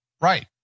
Right